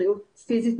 בריאות פיזית,